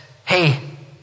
Hey